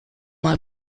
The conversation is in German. mal